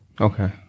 Okay